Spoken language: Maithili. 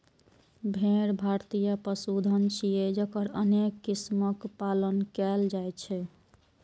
भेड़ भारतीय पशुधन छियै, जकर अनेक किस्मक पालन कैल जाइ छै